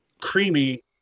creamy